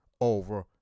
over